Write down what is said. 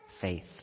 faith